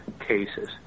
cases